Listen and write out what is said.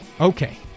Okay